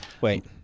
Wait